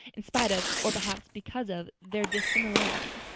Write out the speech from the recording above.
in spite of or perhaps because of their dissimilarity.